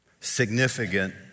significant